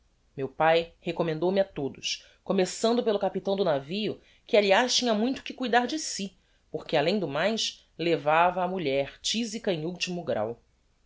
meu pae recommendou me a todos começando pelo capitão do navio que aliás tinha muito que cuidar de si porque além do mais levava a mulher tisica em ultimo gráu